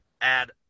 add